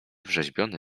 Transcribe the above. wrzeźbiony